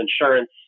insurance